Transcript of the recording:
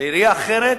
לעירייה אחרת